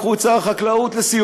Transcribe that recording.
לקחו את שר החקלאות לסיורים.